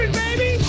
baby